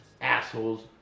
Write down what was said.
assholes